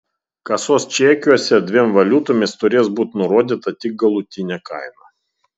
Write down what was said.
kasos čekiuose dviem valiutomis turės būti nurodyta tik galutinė kaina